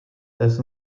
das